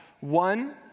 One